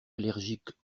allergiques